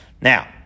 Now